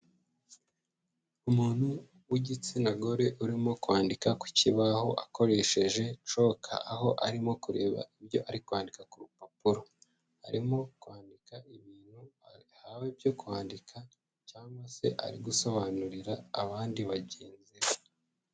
Umuntu w'igitsina gore urimo kwandika kukibaho akoresheje chalk, aho arimo kureba ibyo ari kwandika ku rupapuro, arimo kwandika ibintu ahawe byo kwandika cyangwa se ari gusobanurira abandi bagenzi be.